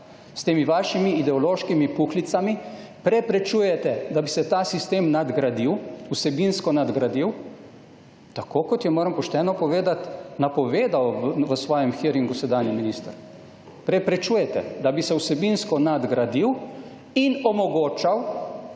S temi vašimi ideološkimi puhlicami preprečujete, da bi se ta sistem nadgradil, vsebinsko nadgradil tako kot je, moram pošteno povedati, napovedal v svojem hearingu sedanji minister. Preprečujete, da bi se vsebinsko nadgradil in omogočal